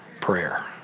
Prayer